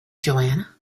joanna